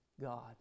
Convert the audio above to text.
God